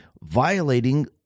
violating